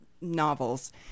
novels